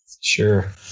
Sure